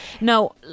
No